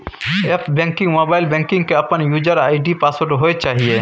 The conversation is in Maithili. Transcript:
एप्प बैंकिंग, मोबाइल बैंकिंग के अपन यूजर आई.डी पासवर्ड होय चाहिए